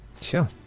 Sure